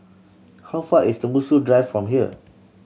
how far is Tembusu Drive from here